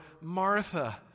Martha